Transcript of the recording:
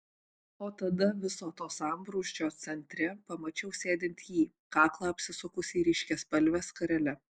o tada viso to sambrūzdžio centre pamačiau sėdint jį kaklą apsisukusį ryškiaspalve skarele